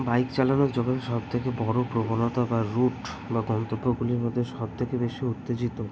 bike চালানোর যখন সবথেকে বড় প্রবণতা বা রুট বা গন্তব্যগুলির মধ্যে সবথেকে বেশি উত্তেজিত